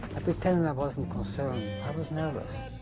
i pretended i wasn't concerned. i was nervous.